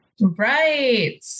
Right